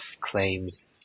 claims